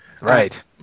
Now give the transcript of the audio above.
Right